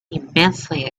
immensely